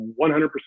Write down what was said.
100%